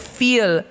feel